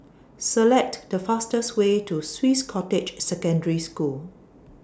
Select The fastest Way to Swiss Cottage Secondary School